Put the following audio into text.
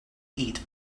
eat